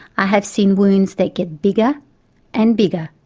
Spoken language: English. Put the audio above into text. i have seen wounds that get bigger and bigger.